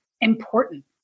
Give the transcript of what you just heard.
important